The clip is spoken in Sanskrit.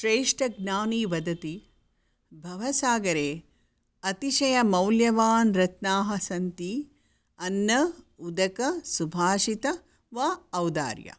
श्रेष्ठज्ञानी वदति भवसागरे अतिशयमौल्यवान् रत्नानि सन्ति अन्नं उदकं सुभषितं वा औदार्यम्